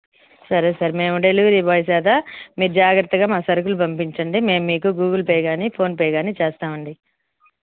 సరే సార్ మేము delivery boy చేత మీరు జాగ్రత్తగా మా సరుకులు పంపించండి మేము మీకు గూగుల్ పే కానీ ఫోన్పే కానీ చేస్తాం అండి